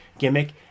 gimmick